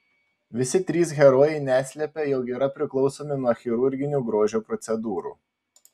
visi trys herojai neslepia jog yra priklausomi nuo chirurginių grožio procedūrų